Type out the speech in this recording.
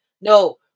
no